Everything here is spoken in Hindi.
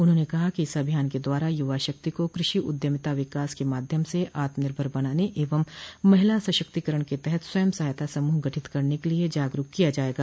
उन्होंने कहा कि इस अभियान द्वारा युवा शक्ति का कृषि उद्यमिता विकास के माध्यम से आत्मनिर्भर बनाने एवं महिला सशक्तीकरण के तहत स्वयं सहायता समूह गठित करने के लिए जागरूक किया जायेगा